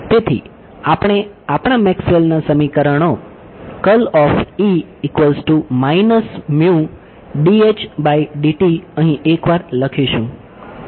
તેથી આપણે આપણાં મેક્સવેલ ના સમીકરણો અહીં એકવાર લખીશું